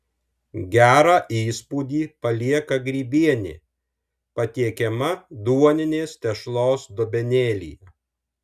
gerą įspūdį palieka grybienė patiekiama duoninės tešlos dubenėlyje